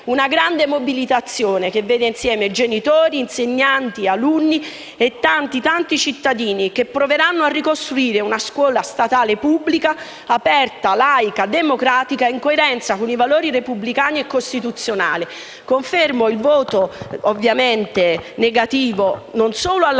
una grande mobilitazione, che vede insieme genitori, insegnanti, alunni e tanti, tanti cittadini che proveranno a ricostruire una scuola statale pubblica, aperta, laica, democratica, in coerenza con i valori repubblicani e costituzionali. Confermo il voto ovviamente negativo di Sinistra